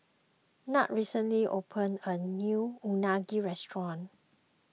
Nat recently opened a new Unagi restaurant